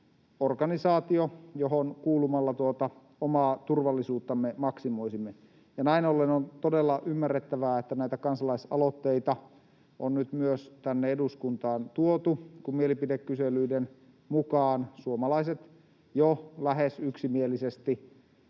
organisaatio, johon kuulumalla tuota omaa turvallisuuttamme maksimoisimme. On todella ymmärrettävää, että näitä kansalaisaloitteita on nyt tänne eduskuntaan tuotu, kun mielipidekyselyiden mukaan suomalaiset jo lähes yksimielisesti